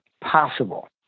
possible